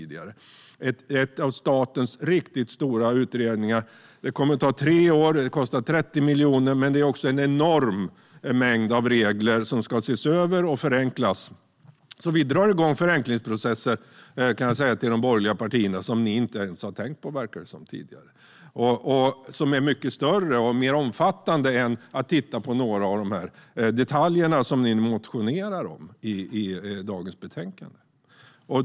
Det är en av statens riktigt stora utredningar, och det kommer att ta tre år och kosta 30 miljoner. Men det är också en enorm mängd regler som ska ses över och förenklas. Till de borgerliga partierna kan jag säga att vi drar igång förenklingsprocesser som ni inte ens verkar ha tänkt på tidigare. De är mycket större och mer omfattande än att bara se på några av de detaljer som ni motionerar om i betänkandet.